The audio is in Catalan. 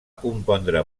compondre